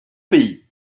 pays